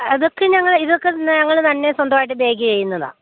അതൊക്കെ ഞങ്ങൾ ഇതൊക്കെ ഞങ്ങൾ സ്വന്തമായിട്ട് ബേക്ക് ചെയ്യുന്നതാണ്